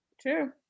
True